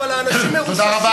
אדוני היושב-ראש,